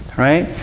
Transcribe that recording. right?